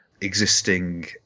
existing